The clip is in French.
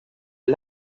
est